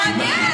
זה מעניין.